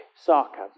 sarcasm